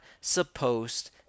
supposed